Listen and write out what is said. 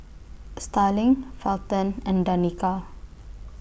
Starling Felton and Danica